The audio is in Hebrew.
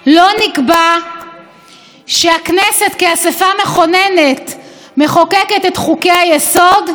לא נקבע שהכנסת כאספה מכוננת מחוקקת את חוקי-היסוד,